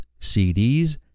CDs